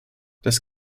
das